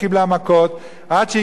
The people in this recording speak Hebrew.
עד שהגיעו הרבה הרבה תלמידים,